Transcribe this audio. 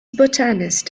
botanist